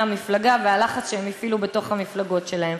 המפלגה בגלל הלחץ שהם הפעילו בתוך המפלגות שלהם?